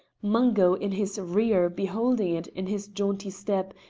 mungo in his rear beholding it in his jaunty step,